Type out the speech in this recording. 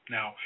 Now